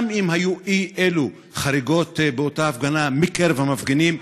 גם אם היו אי אלו חריגות באותה הפגנה מקרב המפגינים,